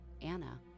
Anna